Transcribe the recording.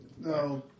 No